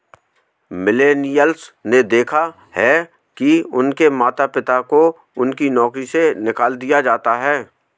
millennials ने देखा है कि उनके माता पिता को उनकी नौकरी से निकाल दिया जाता है